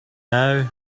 now